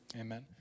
Amen